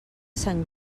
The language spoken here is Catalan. sant